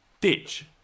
ditch